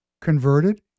converted